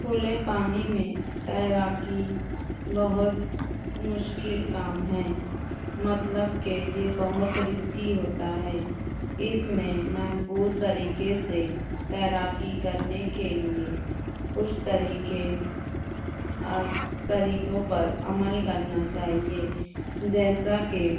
کھلے پانی میں تیراکی بہت مشکل کام ہے مطلب کہ یہ بہت رسکی ہوتا ہے اس میں محفوظ طریقے سے تیراکی کرنے کے لیے کچھ طریقے طریقوں پر عمل کرنا چاہیے جیسا کہ